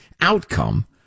outcome